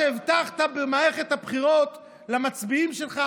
שהבטחת במערכת הבחירות למצביעים שלך,